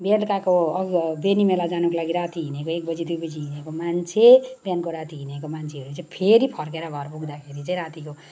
बेलुकाको बेनी मेला जानुको लागि राती हिँडेको एक बजी दुई बजी हिँडेको मान्छे बिहानको राती हिँडेको मान्छेहरू चाहिँ फेरि फर्केर घर पुग्दाखेरि चाहिँ रातीको